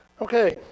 Okay